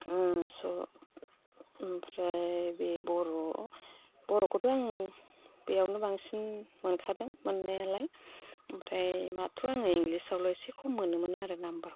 ओमफ्राय बे बर' बर'खौथ' आं बेयावनो बांसिन मोनखादों मोननायालाय ओमफ्राय मात्र' आङो इंलिसावल'सो खम मोनोमोन आरो नाम्बारफोरखौ